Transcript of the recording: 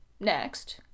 Next